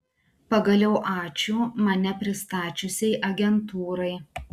pagaliau ačiū mane pristačiusiai agentūrai